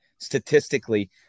statistically